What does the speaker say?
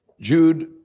Jude